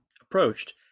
approached